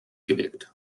geweckt